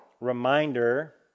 reminder